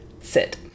sit